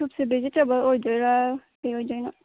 ꯁꯨꯞꯁꯤ vegetable ꯑꯣꯏꯗꯣꯏꯔ ꯀꯔꯤ ꯑꯣꯏꯗꯣꯏꯅꯣ